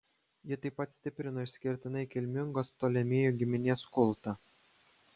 ji taip pat stiprino išskirtinai kilmingos ptolemėjų giminės kultą